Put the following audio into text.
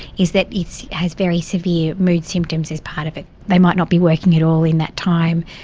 is that it has very severe mood symptoms as part of it. there might not be working at all in that time.